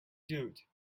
dude